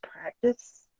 practice